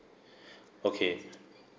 okay